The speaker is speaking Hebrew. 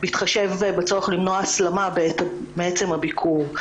בהתחשב בצורך למנוע הסלמה מעצם הביקור,